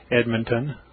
Edmonton